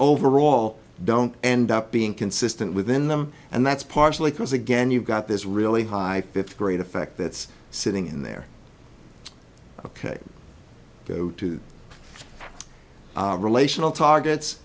overall don't end up being consistent within them and that's partially because again you've got this really high fifth grade effect that's sitting in there ok relational targets